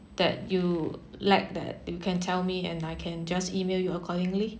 that you lack that you can tell me and I can just email you accordingly